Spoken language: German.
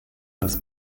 dass